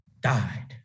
died